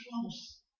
close